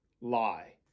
lie